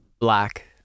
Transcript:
Black